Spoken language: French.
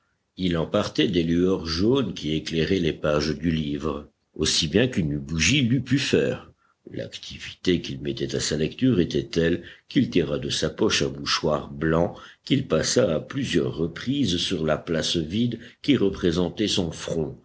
il en partait des lueurs jaunes qui éclairaient les pages du livre aussi bien qu'une bougie l'eût pu faire l'activité qu'il mettait à sa lecture était telle qu'il tira de sa poche un mouchoir blanc qu'il passa à plusieurs reprises sur la place vide qui représentait son front